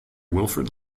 wilfrid